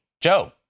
Joe